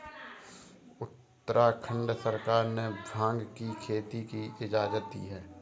उत्तराखंड सरकार ने भाँग की खेती की इजाजत दी है